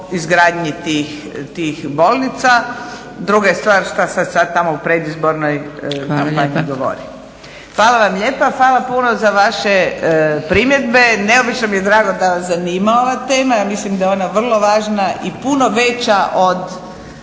izgradnji tih bolnica. Druga je stvar što se sada tamo u predizbornoj kampanji govori. Hvala vam lijepa, hvala puno za vaše primjedbe, neobično mi je drago da vas zanima ova tema, mislim da je ona vrlo važna i puno veća od